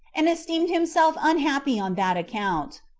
and esteemed himself unhappy on that account.